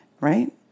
right